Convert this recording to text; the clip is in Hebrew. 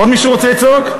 עוד מישהו רוצה לצעוק?